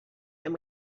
and